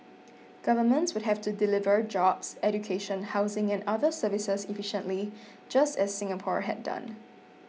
governments would have to deliver jobs education housing and other services efficiently just as Singapore had done